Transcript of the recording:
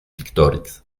pictòrics